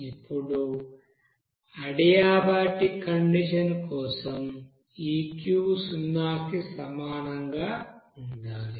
ఇప్పుడు adiabatic condition కోసం ఈ Q సున్నాకి సమానంగా ఉండాలి